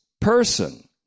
person